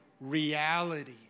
reality